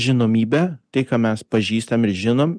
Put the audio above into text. žinomybę tai ką mes pažįstam ir žinom